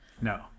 No